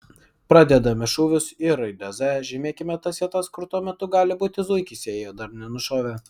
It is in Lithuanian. pradedame šūvius ir raide z žymėkime tas vietas kur tuo metu gali būti zuikis jei jo dar nenušovė